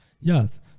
yes